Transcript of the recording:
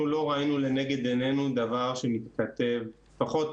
אנחנו לא ראינו לנגד עינינו דבר שמתכתב, לפחות